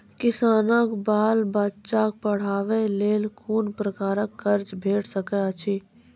किसानक बाल बच्चाक पढ़वाक लेल कून प्रकारक कर्ज भेट सकैत अछि?